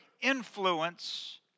influence